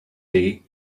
day